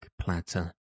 platter